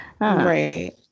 Right